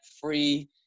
free